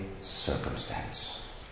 circumstance